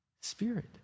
Spirit